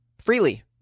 freely